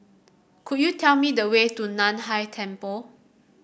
could you tell me the way to Nan Hai Temple